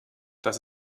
das